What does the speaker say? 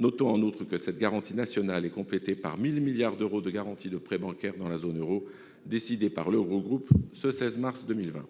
Notons, en outre, que cette garantie nationale est complétée par 1 000 milliards d'euros de garanties de prêts bancaires dans la zone euro, dont l'Eurogroupe a décidé l'engagement ce 16 mars 2020.